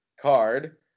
card